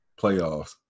playoffs